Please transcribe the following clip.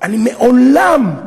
אני מעולם,